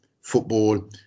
football